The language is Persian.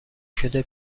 شده